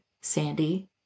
Sandy